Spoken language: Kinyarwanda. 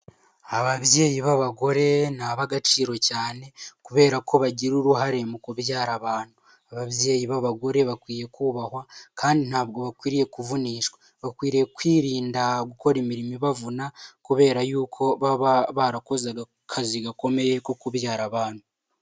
Ababyeyi b'abagore ni ab'agaciro cyane kubera ko bagira uruhare mu kubyara abantu, ababyeyi b'abagore bakwiye kubahwa kandi ntabwo bakwiriye kuvunishwa, bakwiriye kwirinda gukora imirimo ibavuna kubera yuko baba barakoze akazi gakomeye ko kubyara abana.